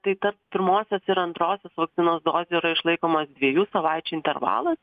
tai tarp pirmosios ir antrosios vakcinos dozių yra išlaikomas dviejų savaičių intervalas